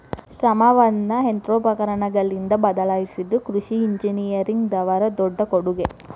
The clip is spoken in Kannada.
ಶ್ರಮವನ್ನಾ ಯಂತ್ರೋಪಕರಣಗಳಿಂದ ಬದಲಾಯಿಸಿದು ಕೃಷಿ ಇಂಜಿನಿಯರಿಂಗ್ ದವರ ದೊಡ್ಡ ಕೊಡುಗೆ